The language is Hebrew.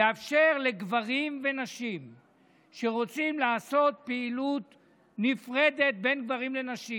לאפשר לגברים ונשים שרוצים לעשות פעילות נפרדת בין גברים לנשים,